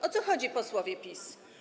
O co chodzi, posłowie PiS?